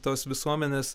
tos visuomenės